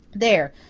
there,